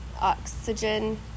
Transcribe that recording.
oxygen